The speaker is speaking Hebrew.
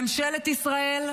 ממשלת ישראל,